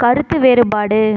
கருத்து வேறுபாடு